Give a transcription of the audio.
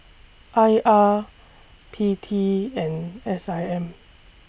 I R P T and S I M